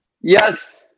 yes